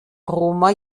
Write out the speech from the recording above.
roma